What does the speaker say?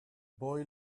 boy